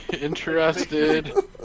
Interested